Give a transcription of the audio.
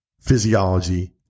physiology